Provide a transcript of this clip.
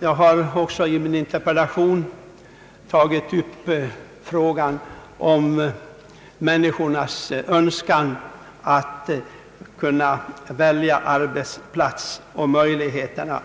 Jag har i min interpellation också tagit upp frågan om människornas Öönskan att kunna välja arbetsplats och möjligheterna